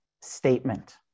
statement